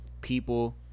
people